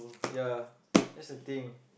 ya that's the thing